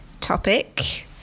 topic